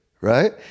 right